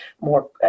more